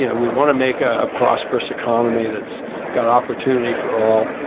and we want to make a prosperous economy that's got opportunity for all,